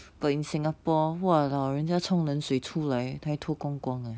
but in singapore !walao! 人家冲冷水出来才脱光光 eh